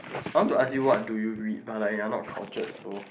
I want to ask you what do you read but like you are not cultured so